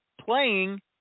playing